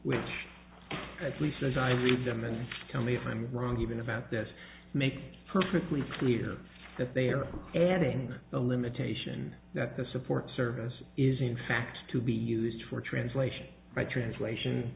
which at least as i read them and tell me if i'm wrong even about this makes perfectly clear that they are adding a limitation that the support services is in fact to be used for translation by translation